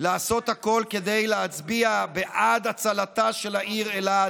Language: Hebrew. לעשות הכול כדי להצביע בעד הצלתה של העיר אילת,